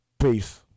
Peace